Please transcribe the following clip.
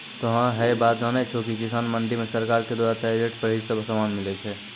तोहों है बात जानै छो कि किसान मंडी मॅ सरकार के द्वारा तय रेट पर ही सब सामान मिलै छै